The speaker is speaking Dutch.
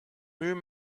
muur